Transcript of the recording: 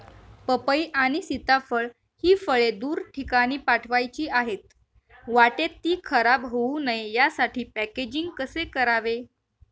पपई आणि सीताफळ हि फळे दूर ठिकाणी पाठवायची आहेत, वाटेत ति खराब होऊ नये यासाठी पॅकेजिंग कसे करावे?